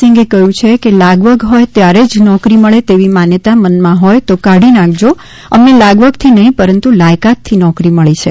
સિંઘે કહ્યું છે કે લાગવગ હોય ત્યારે જ નોકરી મળે તેવી માન્યતા મનમાં હોય તો કાઢી નાંખજો અમને લાવવગથી નઠીં પરંતુ લાયકાતથી નોકરી મળી છે